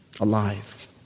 alive